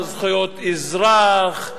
בדבר זכויות אדם, בדבר זכויות אזרח,